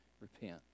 repent